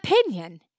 opinion